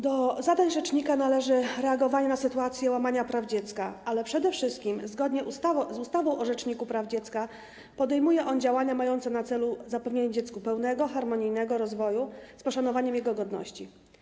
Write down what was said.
Do zadań rzecznika należy reagowanie na sytuacje łamania praw dziecka, ale przede wszystkim zgodnie z ustawą o Rzeczniku Praw Dziecka podejmuje on działania mające na celu zapewnienie dziecku pełnego, harmonijnego rozwoju, z poszanowaniem jego godności.